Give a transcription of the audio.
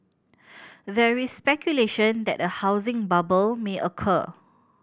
very speculation that a housing bubble may occur